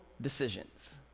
decisions